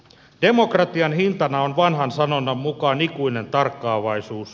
demokratian hintana on vanhan sanonnan mukaan ikuinen tarkkaavaisuus